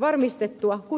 varmistettua kuin aikaisemmin